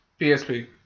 PSP